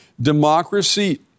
democracy